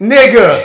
Nigga